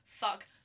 fuck